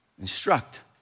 instruct